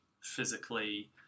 physically